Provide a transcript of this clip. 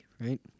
right